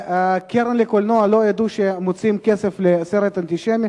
בקרן לקולנוע לא ידעו שהם מוציאים כסף לסרט אנטישמי.